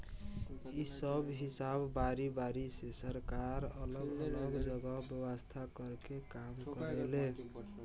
इ सब हिसाब बारी बारी से सरकार अलग अलग जगह व्यवस्था कर के काम करेले